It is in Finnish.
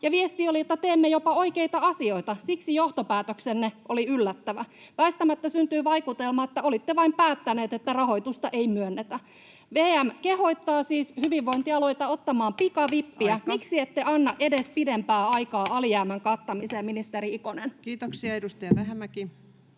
ja viesti oli, että teemme jopa oikeita asioita. Siksi johtopäätöksenne oli yllättävä. Väistämättä syntyi vaikutelma, että olitte vain päättäneet, että rahoitusta ei myönnetä. VM kehottaa siis hyvinvointialueita ottamaan pikavippiä. [Puhemies: Aika!] Miksi ette anna edes pidempää aikaa alijäämän kattamiseen, ministeri Ikonen? [Speech